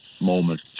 moment